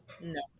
no